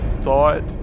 thought